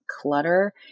clutter